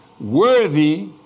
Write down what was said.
worthy